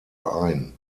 ein